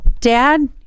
Dad